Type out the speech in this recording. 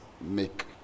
make